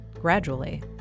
gradually